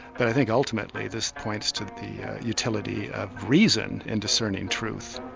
but i think ultimately this points to the utility of reason in discerning truth.